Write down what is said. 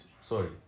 Sorry